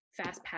FastPass